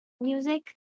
music